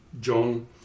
John